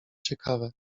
ciekawe